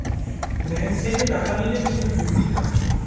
bank থেকে টাকা নিলে কিছু ঝুঁকি থাকে